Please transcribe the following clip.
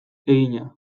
egina